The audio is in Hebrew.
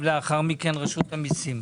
לאחר מכן, רשות המיסים.